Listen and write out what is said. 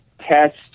test